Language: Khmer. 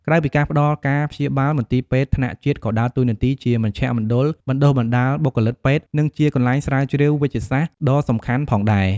ក្រៅពីការផ្តល់ការព្យាបាល មន្ទីរពេទ្យថ្នាក់ជាតិក៏ដើរតួនាទីជាមជ្ឈមណ្ឌលបណ្តុះបណ្តាលបុគ្គលិកពេទ្យ និងជាកន្លែងស្រាវជ្រាវវេជ្ជសាស្ត្រដ៏សំខាន់ផងដែរ។